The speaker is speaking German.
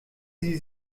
sie